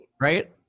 right